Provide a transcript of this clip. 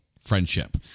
friendship